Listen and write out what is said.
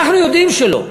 אנחנו יודעים שלא.